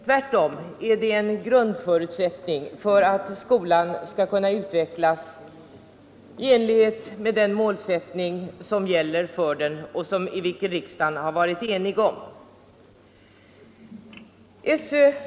Tvärtom ser vi det arbetet som en grundförutsättning för att skolan skall kunna utvecklas i enlighet med den målsättning som gäller för den och vilken riksdagen har varit enig om.